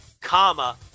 comma